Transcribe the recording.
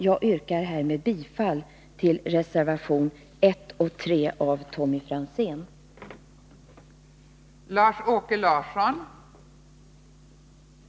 Jag yrkar härmed bifall till reservationerna 1 och 3 av Tommy Franzén, fogade vid socialförsäkringsutskottets betänkande 26.